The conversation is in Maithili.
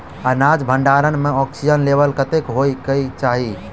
अनाज भण्डारण म ऑक्सीजन लेवल कतेक होइ कऽ चाहि?